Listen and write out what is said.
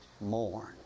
mourn